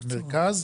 המרכז.